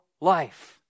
life